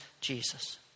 Jesus